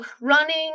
running